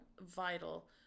vital